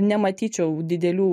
nematyčiau didelių